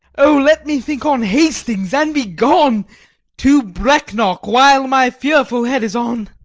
o, let me think on hastings, and be gone to brecknock while my fearful head is on!